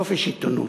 חופש העיתונות,